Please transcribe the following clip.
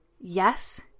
yes